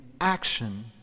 action